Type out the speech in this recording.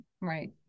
Right